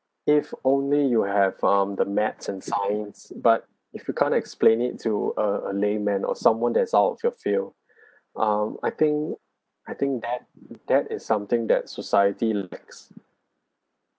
if only you have um the maths and science but if you can't explain it to a a layman or someone that's out of your field um I think I think that that is something that society lacks